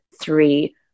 three